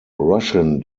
russian